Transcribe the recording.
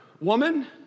Woman